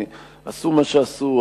עשו מה שעשו,